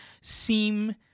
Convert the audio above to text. seem